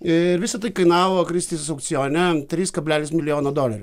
ir visa tai kainavo kristės aukcione trys kablelis milijoną dolerių